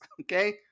okay